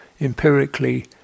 empirically